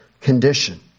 condition